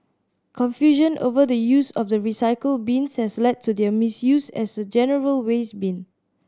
confusion over the use of the recycle bins has led to their misuse as a general waste bin